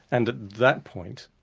and at that point,